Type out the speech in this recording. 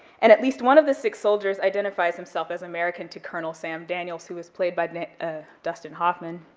and at least one of the sick soldiers identifies himself as american to colonel sam daniels, who was played by ah dustin hoffman,